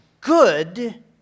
good